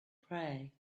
pray